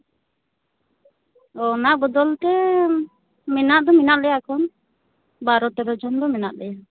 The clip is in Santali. ᱚ ᱚᱱᱟ ᱵᱚᱫᱚᱞᱛᱮ ᱢᱮᱱᱟᱜ ᱫᱚ ᱢᱮᱱᱟᱜ ᱞᱮᱭᱟ ᱮᱠᱷᱚᱱ ᱵᱟᱨᱚ ᱛᱮᱨᱚ ᱡᱚᱱ ᱫᱚ ᱢᱮᱱᱟᱜ ᱞᱮᱭᱟ